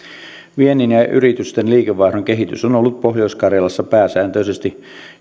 viennin ja ja yritysten liikevaihdon kehitys on on ollut pohjois karjalassa pääsääntöisesti